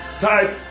Type